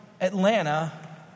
Atlanta